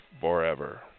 forever